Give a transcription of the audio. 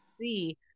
see